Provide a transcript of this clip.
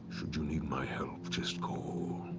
should you need my help, just call,